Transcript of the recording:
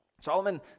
Solomon